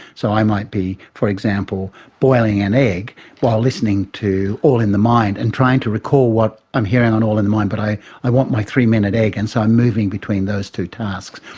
so i might be, be, for example, boiling an egg while listening to all in the mind and trying to recall what i'm hearing on all in the mind but i i want my three-minute egg and so i'm moving between those two tasks.